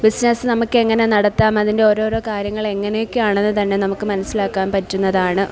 business നമുക്ക് എങ്ങനെ നടത്താം അതിൻ്റെ ഓരോരോ കാര്യങ്ങൾ എങ്ങനെയൊക്കെ ആണെന്ന് തന്നെ നമുക്ക് മനസ്സിലാക്കാൻ പറ്റുന്നതാണ്